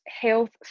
health